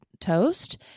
toast